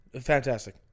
Fantastic